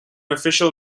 official